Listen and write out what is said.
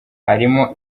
harimo